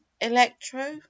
Electro